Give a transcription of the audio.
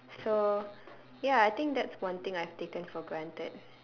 so ya I think that's one thing I've taken for granted